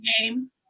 game